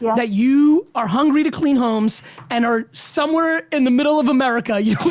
that you are hungry to clean homes and are somewhere in the middle of america, you